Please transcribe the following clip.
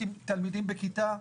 תלמידים בכיתה,